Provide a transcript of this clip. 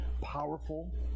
powerful